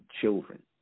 children